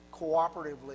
cooperatively